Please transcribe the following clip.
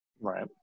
right